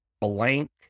Blank